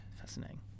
Fascinating